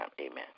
Amen